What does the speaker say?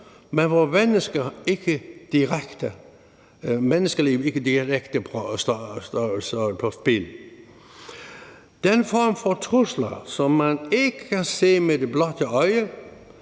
men hvor menneskeliv ikke direkte står på spil, den form for trusler, som man ikke kan se med det blotte øje,